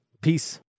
Peace